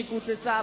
שקוצצה,